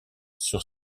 sur